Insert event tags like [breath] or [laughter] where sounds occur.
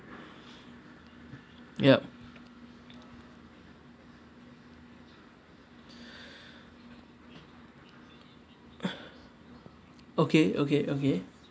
yup [breath] okay okay okay